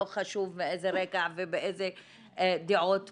לא חשוב מאיזה רקע ובאיזה דעות פוליטיות.